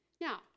Now